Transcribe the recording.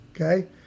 Okay